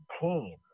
team